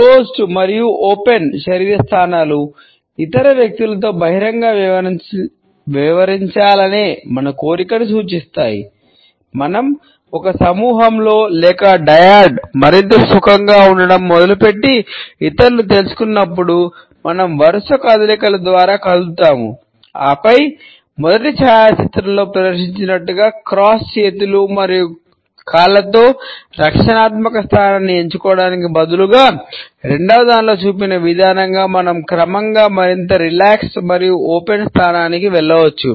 closed స్థానానికి వెళ్ళవచ్చు